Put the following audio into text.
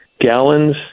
gallons